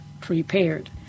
prepared